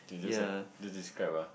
okay just like just describe ah